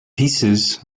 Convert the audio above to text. pieces